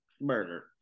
murder